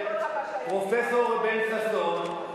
פרופסור בן-ששון,